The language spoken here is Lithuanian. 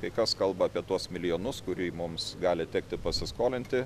tai kas kalba apie tuos milijonus kurių mums gali tekti pasiskolinti